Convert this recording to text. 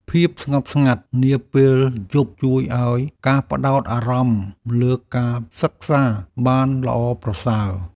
ភាពស្ងប់ស្ងាត់នាពេលយប់ ជួយឱ្យការផ្តោតអារម្មណ៍លើការសិក្សាបានល្អប្រសើរ។